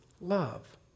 love